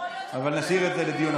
אבל נשאיר את זה לדיון,